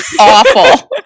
Awful